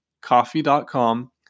coffee.com